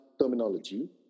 terminology